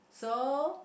so